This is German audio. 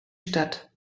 stadt